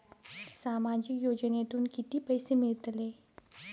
सामाजिक योजनेतून किती पैसे मिळतले?